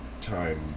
time